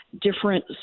different